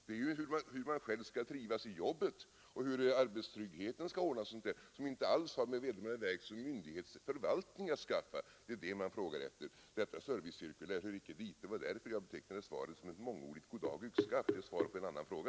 Det gäller frågan om hur trivsel i jobbet och arbetstrygghet skall åstadkommas, och detta har ju inte alls med vederbörande verks myndighetsförvaltning att skaffa. Servicecirkuläret hör icke hit, och det var därför som jag betecknade svaret som ett mångordigt goddag-yxskaft — det är svar på en annan fråga.